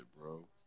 bro